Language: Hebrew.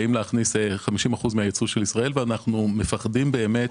באים להכניס 50% מהייצוא של ישראל ופוחדים באמת